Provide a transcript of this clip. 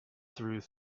through